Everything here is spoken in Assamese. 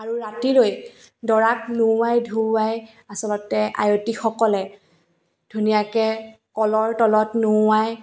আৰু ৰাতিলৈ দৰাক নুওৱাই ধুওৱাই আচলতে আয়তীসকলে ধুনীয়াকৈ কলৰ তলত নুওৱায়